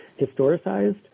historicized